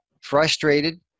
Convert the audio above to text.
frustrated